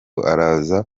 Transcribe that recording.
araza